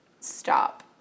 Stop